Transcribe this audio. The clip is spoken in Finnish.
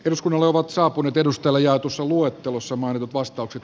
eduskunnalle ovat saapuneet edustalla ja opusluettelossa mainitut vastaukset